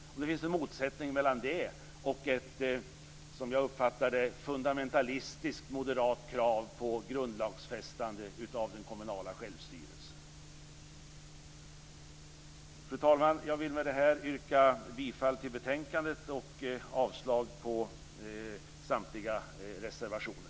Finns det någon motsättning mellan detta och ett, som jag uppfattar det, fundamentalistiskt moderat krav på grundlagsfästande av den kommunala självstyrelsen? Fru talman! Jag vill med det här yrka bifall till hemställan i betänkandet och avslag på samtliga reservationer.